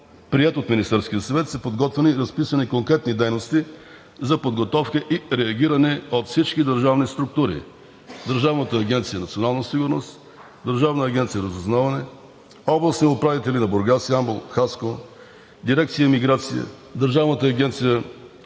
приет от Министерския съвет, са подготвени и разписани конкретни дейности за подготовка и реагиране от всички държавни структури – Държавна агенция „Национална сигурност“, Държавна агенция „Разузнаване“, областните управители на Бургас, Ямбол и Хасково, Дирекция „Миграция“, Държавна агенция за бежанците